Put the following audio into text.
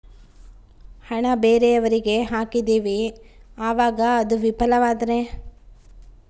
ಹಣ ಬೇರೆಯವರಿಗೆ ಹಾಕಿದಿವಿ ಅವಾಗ ಅದು ವಿಫಲವಾದರೆ?